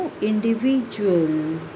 individual